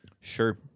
Sure